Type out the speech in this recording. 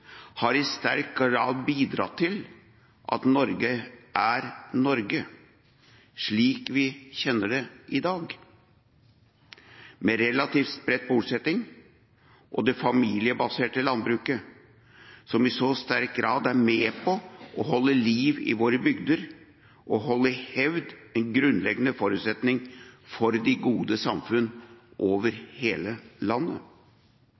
har i sterk grad bidratt til at Norge er Norge slik vi kjenner det i dag, med relativt spredt bosetting og det familiebaserte landbruket, som i så sterk grad er med på å holde liv i våre bygder og holde i hevd en grunnleggende forutsetning for de gode samfunn over hele landet.